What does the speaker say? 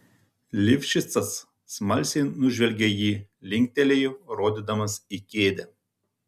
lifšicas smalsiai nužvelgė jį linktelėjo rodydamas į kėdę